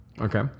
Okay